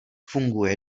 funguje